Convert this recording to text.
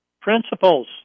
principles